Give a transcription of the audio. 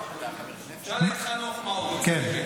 תשאל את חנוך מה הוא הצביע.